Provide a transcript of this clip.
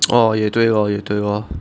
orh 也对 lor 也对 lor